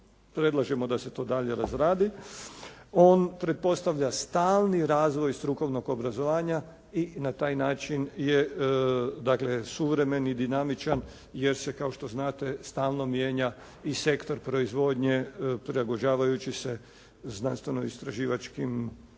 predlažemo da se to dalje razradi. On pretpostavlja stalni razvoj strukovnog obrazovanja i na taj način je suvremen i dinamičan jer se kao što znate stalno mijenja i sektor proizvodnje prilagođavajući se znanstveno-istraživačkim rezultatima.